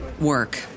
work